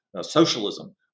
socialism